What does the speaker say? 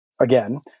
again